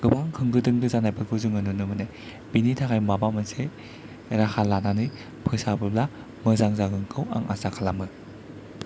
गोबां होंगो दोंगो जानायफोरखौ जोङो नुनो मोनो बिनि थाखाय माबा मोनसे राहा लानानै फोसाबोब्ला मोजां जागोनखौ आं आसा खालामो